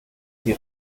die